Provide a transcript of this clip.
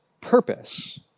purpose